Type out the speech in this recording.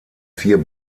vier